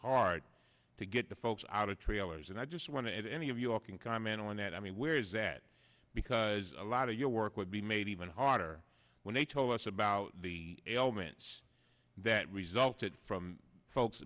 hard to get the folks out of trailers and i just want to any of you all can comment on that i mean where is that because a lot of your work would be made even harder when they told us about the ailments that resulted from folks